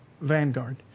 Vanguard